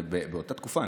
ובאותה תקופה,